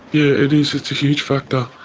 yeah it is, it's a huge factor,